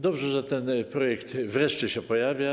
Dobrze, że ten projekt wreszcie się pojawił.